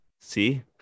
see